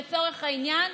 לצורך העניין,